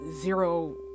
zero